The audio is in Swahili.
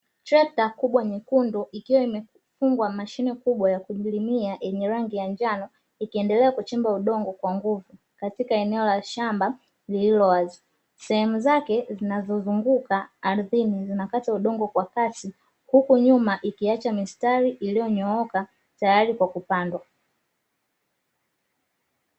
Trekta kubwa nyekundu ikiwa imefungwa mashine kubwa ya kulimia yenye rangi ya njano, ikiendelea kuchimba udongo kwa nguvu katika eneo la shamba lililowazi. Sehemu zake zinazozunguka ardhini zinakata udongo kwa kasi, huku nyuma ikiacha mistari iliyonyooka tayari kwa kupandwa.